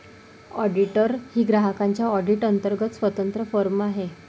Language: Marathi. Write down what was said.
ऑडिटर ही ग्राहकांच्या ऑडिट अंतर्गत स्वतंत्र फर्म आहे